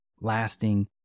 lasting